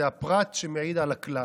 זה הפרט שמעיד על הכלל.